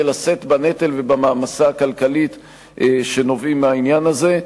לשאת בנטל ובמעמסה הכלכלית שנובעים מהעניין הזה.